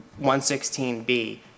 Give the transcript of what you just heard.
116B